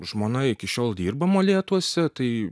žmona iki šiol dirba molėtuose tai